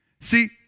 See